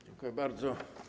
Dziękuję bardzo.